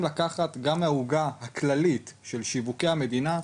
לקחת גם מהעוגה הכללית של שיווקי המדינה.